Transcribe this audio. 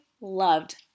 loved